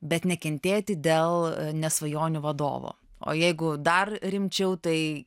bet nekentėti dėl ne svajonių vadovo o jeigu dar rimčiau tai